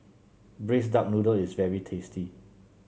Braised Duck Noodle is very tasty